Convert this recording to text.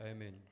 Amen